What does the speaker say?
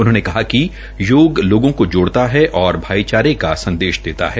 उन्होंने कहा कि योग लोगों को जोड़प्रा है और भाईचारे का संदेश देता है